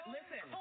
Listen